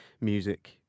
Music